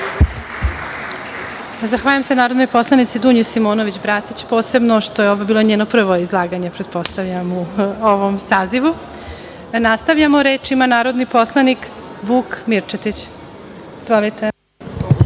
Zahvaljujem se narodnoj poslanici Dunji Simonović Bratić, posebno što je ovo bilo njeno prvo izlaganje, pretpostavljam, u ovom sazivu. Reč ima narodni poslanik Vuk Mirčetić. Izvolite.